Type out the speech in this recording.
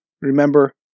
remember